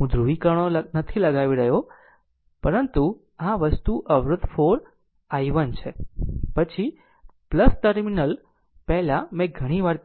હું ધ્રુવીકરણો નથી લગાવી રહ્યો છું આ વસ્તુ અવરોધ 4 i1 છે પછી મળી ટર્મિનલ પહેલા મેં ઘણી વાર કહ્યું